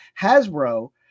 Hasbro